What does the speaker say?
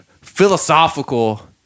philosophical